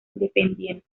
independientes